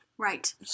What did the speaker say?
Right